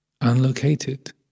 unlocated